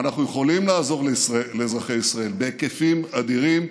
ואנחנו יכולים לעזור לאזרחי ישראל בהיקפים אדירים,